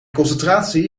concentratie